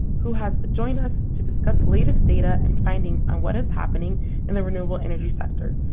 who has joined us to discuss latest data and findings on what is happening in the renewable energy sector,